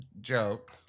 joke